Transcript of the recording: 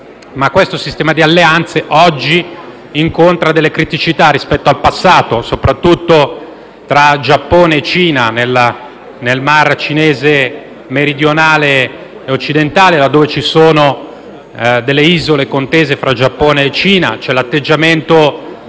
ma questo sistema di alleanze oggi incontra alcune criticità rispetto al passato, soprattutto tra Giappone e Cina nel Mar Cinese meridionale e occidentale, laddove ci sono isole contese tra i due Stati. C'è poi l'atteggiamento